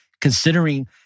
considering